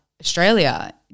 Australia